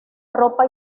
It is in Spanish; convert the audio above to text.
ropa